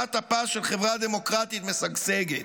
לנשמת אפה של חברה דמוקרטית משגשגת.